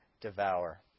devour